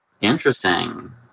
Interesting